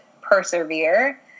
persevere